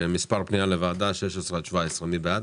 מספר פנייה לוועדה 16-17 לוועדה, מי בעד?